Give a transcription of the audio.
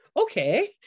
okay